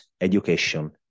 education